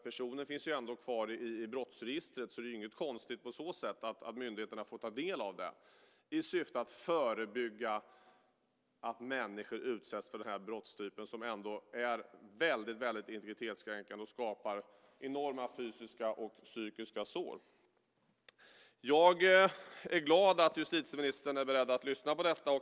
Personen finns ändå kvar i brottsregistret. Det är inget konstigt på så sätt att myndigheterna får ta del av informationen i syfte att förebygga att människor utsätts för den brottstypen, som ändå är väldigt integritetskränkande och skapar enorma fysiska och psykiska sår. Jag är glad att justitieministern är beredd att lyssna.